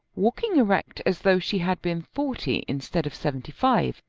walking erect as though she had been forty instead of seventy-five,